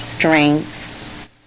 strength